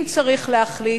אם צריך להחליט,